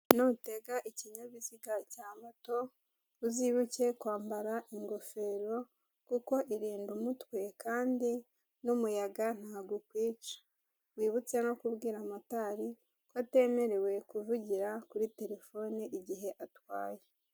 Nutega ikinyabiziga cya moto uzibuke kwambara ingofero kuko irinda umutwe kandi n'umuyaga ntabwo ukwica, wibutse no kubwira motari ko atemerewe kuvugira kuri telefone igihe atwaye.